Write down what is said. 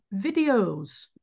videos